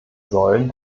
säulen